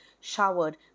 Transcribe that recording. showered